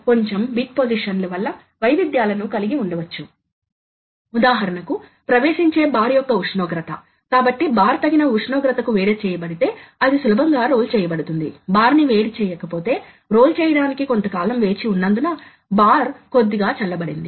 కాబట్టి ఇక్కడ అదేవిధంగా మనం పార్ట్ ప్రోగ్రామ్ను వ్రాస్తాము చివరికి ఈ పార్ట్ ప్రోగ్రామ్ల నుండి రెండు డ్రైవ్ లను నియంత్రించే రియల్ టైం ఎగ్జిక్యూటివ్ ను అమలు చేస్తాయి ఇది పార్ట్ ప్రోగ్రామ్ ను రీడ్ చేసి ఆపై డ్రైవ్లకు సంబంధించి యంత్రం లో వివిధ కార్యకలాపాలు నడుపుతుంది